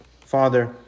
Father